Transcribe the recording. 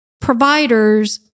providers